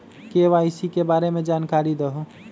KYC के बारे में जानकारी दहु?